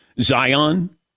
Zion